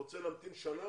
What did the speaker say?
הוא רוצה להמתין שנה,